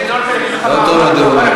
טוב מאוד.